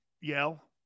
Yell